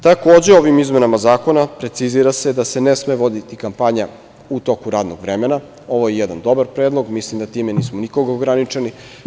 Takođe, ovim izmenama zakona precizira se da se ne sme voditi kampanja u toku radnog vremena, ovo je jedan dobar predlog, mislim da time nismo nikog ograničili.